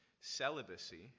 Celibacy